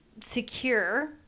secure